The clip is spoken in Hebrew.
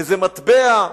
איזה מטבע,